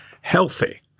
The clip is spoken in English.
healthy